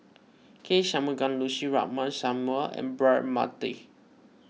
K Shanmugam Lucy Ratnammah Samuel and Braema Mathi